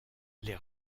les